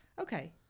Okay